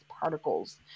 particles